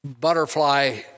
butterfly